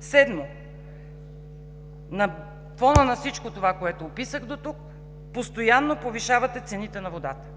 Седмо – на фона на всичко това, което описах дотук, постоянно повишавате цените на водата.